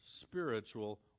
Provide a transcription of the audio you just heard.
spiritual